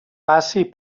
passi